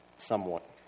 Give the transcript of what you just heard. somewhat